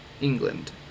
England